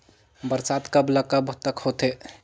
बरसात कब ल कब तक होथे?